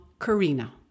Karina